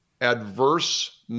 adverse